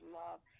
love